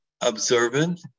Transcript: observant